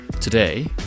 Today